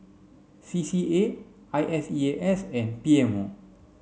C C A I S E A S and P M O